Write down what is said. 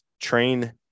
train